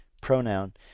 pronoun